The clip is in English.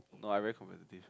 no I very competitive